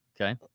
Okay